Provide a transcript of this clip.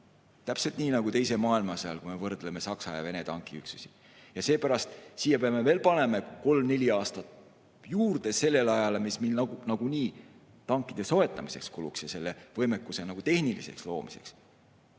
Täpselt nii nagu teise maailmasõja ajal, kui me võrdleme Saksamaa ja Venemaa tankiüksusi. Ja seepärast peame panema veel kolm-neli aastat juurde sellele ajale, mis meil nagunii kuluks tankide soetamiseks ja selle võimekuse tehniliseks loomiseks.